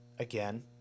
again